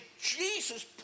Jesus